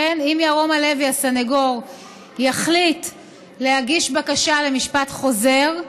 אם ירום הלוי הסניגור יחליט להגיש בקשה למשפט חוזר,